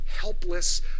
helpless